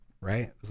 right